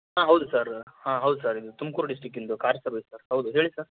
ಹಾಂ ಹೌದು ಸರ್ ಹಾಂ ಹೌದು ಸರ್ ಇದು ತುಮಕೂರು ಡಿಸ್ಟ್ರಿಕ್ಕಿಂದು ಕಾರ್ ಸರ್ವಿಸ್ ಸರ್ ಹೌದು ಹೇಳಿ ಸರ್